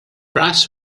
brass